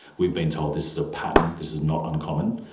we've been told this is a pattern. this is not uncommon.